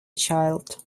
child